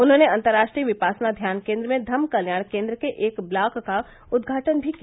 उन्होंने अंतर्राष्ट्रीय विपासना ध्यान केन्द्र में धम्म कल्याण केन्द्र के एक ब्लॉक का उद्घाटन भी किया